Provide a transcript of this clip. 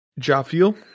Jafiel